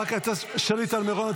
חברת הכנסת שלי טל מרון,